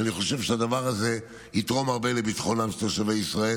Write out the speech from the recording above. ואני חושב שהדבר הזה יתרום הרבה לביטחונם של תושבי מדינת ישראל.